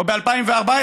או ב-2014,